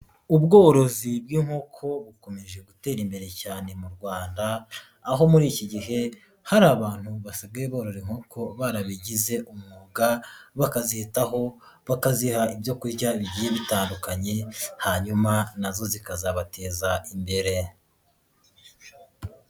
Ubworozi bw'inkoko bukomeje gutera imbere cyane mu Rwanda, aho muri iki gihe hari abantu basigaye borora inkoko barabigize umwuga, bakazitaho bakaziha ibyo kurya bigiye bitandukanye, hanyuma na zo zikazabateza imbere.